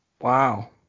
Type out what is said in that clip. Wow